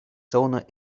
sauna